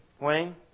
Wayne